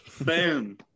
Boom